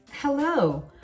Hello